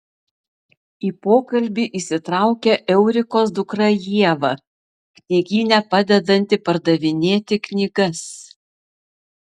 į pokalbį įsitraukia eurikos dukra ieva knygyne padedanti pardavinėti knygas